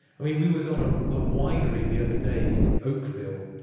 i mean, we was on a ah winery the other day in oakville.